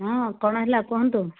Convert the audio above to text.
ହଁ କଣ ହେଲା କୁହନ୍ତୁ